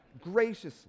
graciously